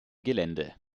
gelände